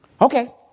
Okay